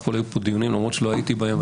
הכול היו כאן דיונים שלמרות שלא הייתי בהם,